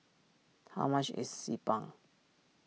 how much is Xi Ban